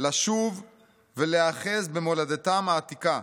לשוב ולהיאחז במולדתם העתיקה,